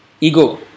ego